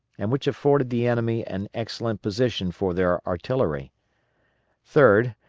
and which afforded the enemy an excellent position for their artillery third,